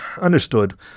Understood